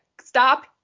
Stop